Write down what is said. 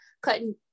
cutting